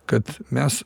kad mes